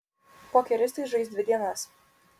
pokeristai žais dvi dienas